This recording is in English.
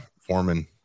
foreman